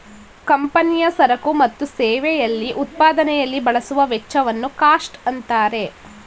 ಕಂಪನಿಯ ಸರಕು ಮತ್ತು ಸೇವೆಯಲ್ಲಿ ಉತ್ಪಾದನೆಯಲ್ಲಿ ಬಳಸುವ ವೆಚ್ಚವನ್ನು ಕಾಸ್ಟ್ ಅಂತಾರೆ